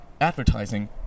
advertising